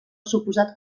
suposat